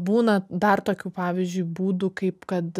būna dar tokių pavyzdžiui būdų kaip kad